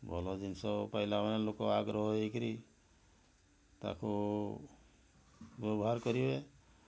ଭଲ ଜିନିଷ ପାଇଲା ମାନେ ଲୋକ ଆଗ୍ରହ ହେଇକରି ତାକୁ ବ୍ୟବହାର କରିବେ